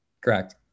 Correct